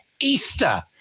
Easter